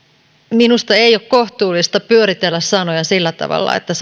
minusta ei ole kohtuullista pyöritellä sanoja sillä tavalla että